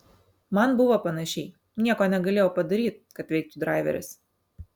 man buvo panašiai nieko negalėjau padaryt kad veiktų draiveris